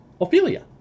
Ophelia